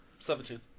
17